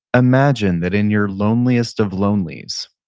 imagine that in your loneliest of lonelies